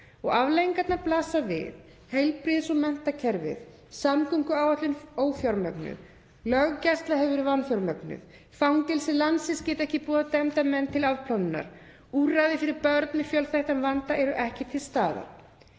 og afleiðingarnar blasa við; heilbrigðis- og menntakerfið, samgönguáætlun ófjármögnuð, löggæsla hefur verið vanfjármögnuð, fangelsi landsins geta ekki boðað dæmda menn til afplánunar, úrræði fyrir börn með fjölþættan vanda eru ekki til staðar.